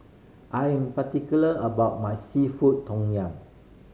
I am particular about my seafood tom yum